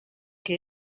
que